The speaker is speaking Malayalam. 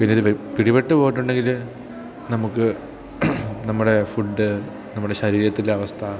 പിന്നെയത് പിടിപെട്ടു പോയിട്ടുണ്ടെങ്കിൽ നമുക്ക് നമ്മുടെ ഫുഡ് നമ്മുടെ ശരീരത്തിലെ അവസ്ഥ